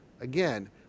Again